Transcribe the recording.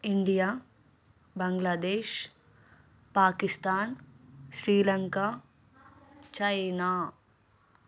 India Bangladesh Pakistan Sri Lanka China